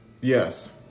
Yes